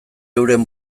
euren